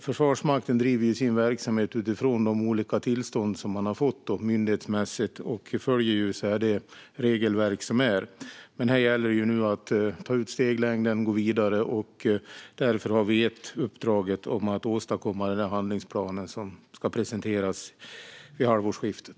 Försvarsmakten driver sin verksamhet myndighetsmässigt utifrån de olika tillstånd som man har fått och följer det regelverk som är. Här gäller det nu att ta ut steglängden och gå vidare, och därför har vi gett uppdraget om att åstadkomma den handlingsplan som ska presenteras vid halvårsskiftet.